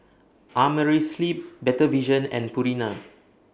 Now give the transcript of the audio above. Amerisleep Better Vision and Purina